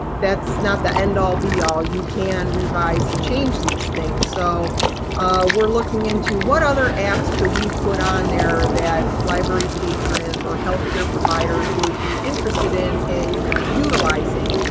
that's not the end all be all, you can revise and change these things. so we're looking into what other apps could we put on there that library patrons or healthcare providers would be interested in, in utilizing?